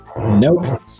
nope